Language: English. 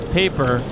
paper